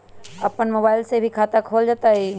अपन मोबाइल से भी खाता खोल जताईं?